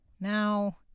Now